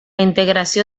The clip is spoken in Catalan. integració